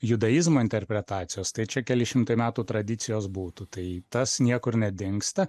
judaizmo interpretacijos tai čia keli šimtai metų tradicijos būtų tai tas niekur nedingsta